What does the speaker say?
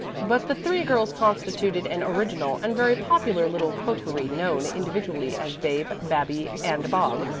but the three girls constituted an original and very popular little coterie known individually as babe, babbie, and bob,